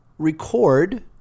Record